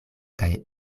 kaj